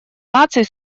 наций